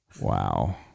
Wow